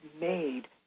made